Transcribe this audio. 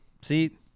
See